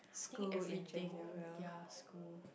I think everything ya school